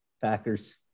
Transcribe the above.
Packers